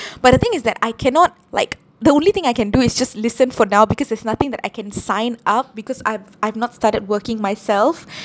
but the thing is that I cannot like the only thing I can do is just listen for now because there's nothing that I can sign up because I've I've not started working myself